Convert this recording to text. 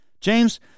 James